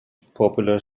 popular